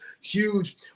huge